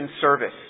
service